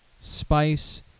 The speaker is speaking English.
spice